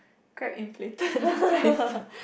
Grab inflated the price